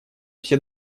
все